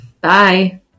Bye